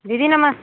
दीदी नमस्ते